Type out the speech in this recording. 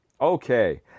Okay